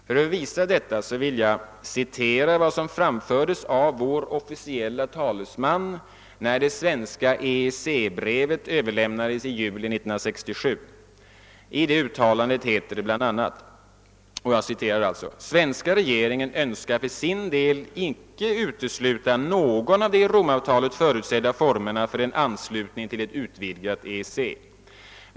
För att visa detta vill jag referera till vad som anfördes av vår officielle talesman när det svenska EEC-brevet överlämnades i juli 1967. Denne sade då bl.a.: >Svenska regeringen önskar för sin del icke utesluta någon av de i Rom-avtalet förutsedda formerna för anslutning till ett utvidgat EEC.